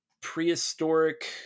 prehistoric